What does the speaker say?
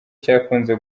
cyakunze